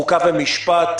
חוק ומשפט,